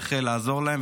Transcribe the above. צריך לעזור להן,